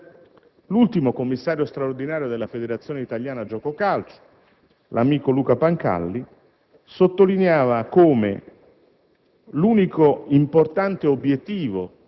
L'ultimo commissario straordinario della Federazione Italiana Giuoco Calcio, l'amico Luca Pancalli, sottolineava come